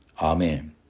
Amen